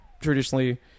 traditionally